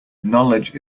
knowledge